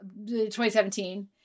2017